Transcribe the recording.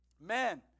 Men